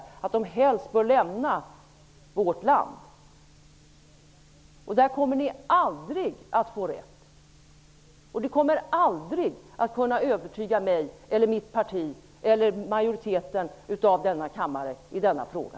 De skall ju helst lämna vårt land. Där kommer ni aldrig att få rätt! Ni kommer aldrig att övertyga mig, mitt parti eller majoriteten i denna kammare i denna fråga.